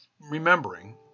remembering